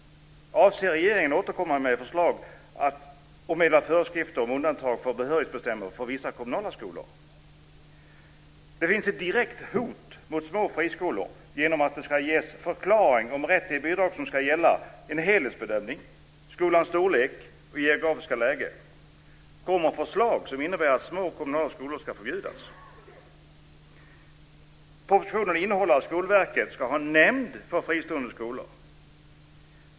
Avser regeringen att återkomma med förslag om att meddela föreskrifter om undantag för behörighetsbestämmelser för vissa kommunala skolor? Det finns ett direkt hot mot små friskolor genom att det ska ges förklaring om rätt till bidrag som ska gälla en helhetsbedömning, skolans storlek och dess geografiska läge. Kommer förslag som innebär att små kommunala skolor ska förbjudas? Propositionen innehåller ett förslag om att Skolverket ska ha en nämnd för fristående skolor.